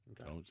Okay